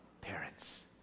parents